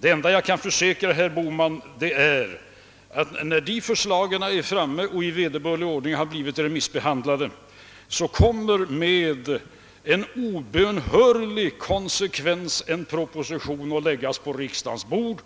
Det enda jag kan försäkra herr Bohman är att när det förslaget har lagts fram och i vederbörlig ordning blivit remissbehandlat kommer med obönhörlig konsekvens en proposition att läggs på riksdagens bord.